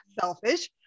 selfish